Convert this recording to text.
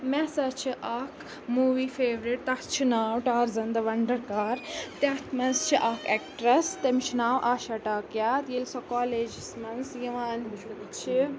مےٚ ہَسا چھِ اَکھ موٗوی فیٚورِٹ تَتھ چھُ ناو ٹارزَن دَ وَنڈَر کار تَتھ منٛز چھِ اَکھ اٮ۪کٹرس تٔمِس چھُ ناو آشا ٹاکیات ییٚلہِ سۄ کالیجَس منٛز یِوان چھِ